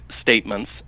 statements